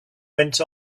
went